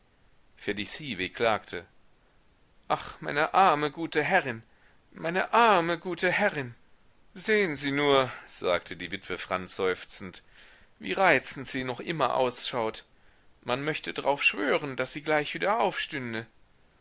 felicie wehklagte ach meine arme gute herrin meine arme gute herrin sehn sie nur sagte die witwe franz seufzend wie reizend sie noch immer ausschaut man möchte drauf schwören daß sie gleich wieder aufstünde